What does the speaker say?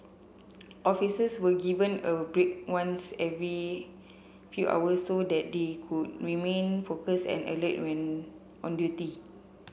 officers were given a break once every few hours so that they could remain focused and alert when on duty